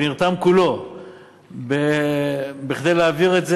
שנרתם כולו כדי להעביר את זה,